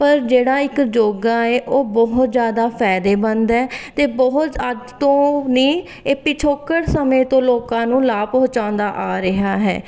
ਪਰ ਜਿਹੜਾ ਇੱਕ ਯੋਗਾ ਏ ਉਹ ਬਹੁਤ ਜ਼ਿਆਦਾ ਫਾਇਦੇਮੰਦ ਹੈ ਅਤੇ ਬਹੁਤ ਅੱਜ ਤੋਂ ਨਹੀਂ ਇਹ ਪਿਛੋਕੜ ਸਮੇਂ ਤੋਂ ਲੋਕਾਂ ਨੂੰ ਲਾਭ ਪਹੁੰਚਾਉਂਦਾ ਆ ਰਿਹਾ ਹੈ